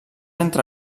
entre